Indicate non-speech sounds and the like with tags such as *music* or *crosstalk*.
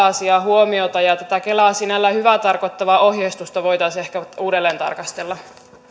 *unintelligible* asiaan huomiota ja tätä kelan sinällään hyvää tarkoittavaa ohjeistusta voitaisiin ehkä uudelleen tarkastella